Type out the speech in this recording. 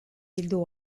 bildu